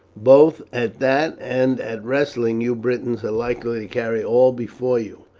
both at that and at wrestling you britons are likely to carry all before you.